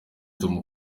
tom